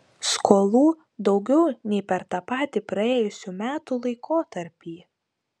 skolų daugiau nei per tą patį praėjusių metų laikotarpį